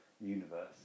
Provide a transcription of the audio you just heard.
universe